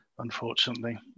unfortunately